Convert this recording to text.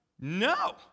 no